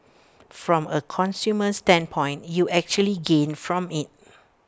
from A consumer standpoint you actually gain from IT